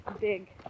big